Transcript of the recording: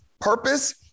purpose